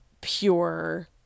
pure